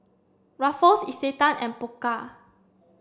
Ruffles Isetan and Pokka